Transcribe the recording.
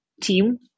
team